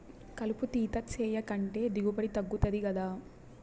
కలుపు తీత సేయకంటే దిగుబడి తగ్గుతది గదా